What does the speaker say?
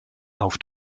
auf